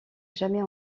jamais